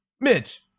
Mitch